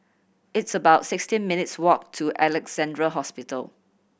it's about sixteen minutes walk to Alexandra Hospital